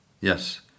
Yes